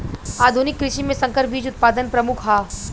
आधुनिक कृषि में संकर बीज उत्पादन प्रमुख ह